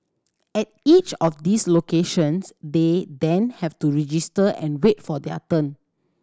at each of these locations they then have to register and wait for their turn